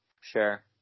Sure